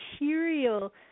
material